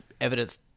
evidence